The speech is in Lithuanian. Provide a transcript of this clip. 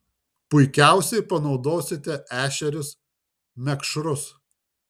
puikiausiai panaudosite ešerius mekšrus